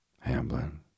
Hamblin